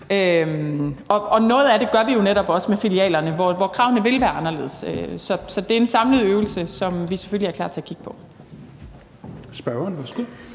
på. Noget af det gør vi jo netop også med filialerne, hvor kravene vil være anderledes, så det er en samlet øvelse, som vi selvfølgelig er klar til at kigge på.